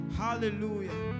hallelujah